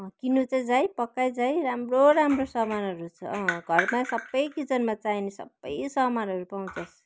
किन्नु चाहिँ जा है पक्का जा है राम्रो राम्रो सामानहरू छ घरमा सबै किचनमा चाहिने सबै सामानहरू पाउँछस्